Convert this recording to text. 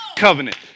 Covenant